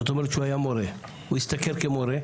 זאת אומרת שהוא היה מורה, הוא השתכר כמורה.